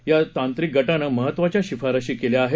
या तांत्रिक गटानं महत्वाच्या शिफारशी केल्या आहेत